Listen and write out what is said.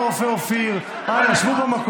חברת הכנסת שרון רופא אופיר, אנא, שבו במקום.